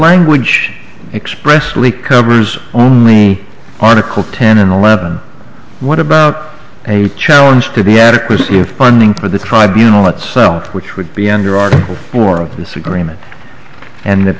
language expressly covers only article ten and eleven what about a challenge to be adequacy of funding for the tribunals itself which would be under article four of this agreement and